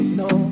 no